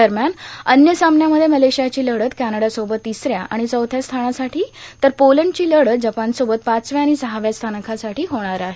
दरम्यान अन्य सामन्यांमध्ये मलेशियाची लढत कॅनडासोबत तिसऱ्या आणि चौथ्या स्थानासाठी तर पोलंडची लढत जपानसोबत पाचव्या आणि सहाव्या स्थानासाठी होणार आहे